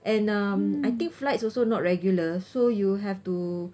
and um I think flights also not regular so you have to